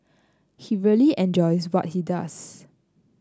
he really enjoys what he does